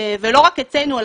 ולא רק אצלנו,